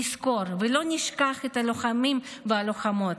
נזכור ולא נשכח את הלוחמים והלוחמות.